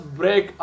break